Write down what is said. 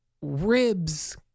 ribs